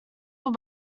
were